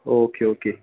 okay okay